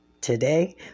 Today